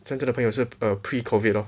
真正的朋友是 pre COVID lor